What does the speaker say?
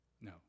No